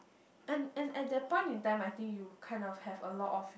and and at that point in time I think you kind of have a lot of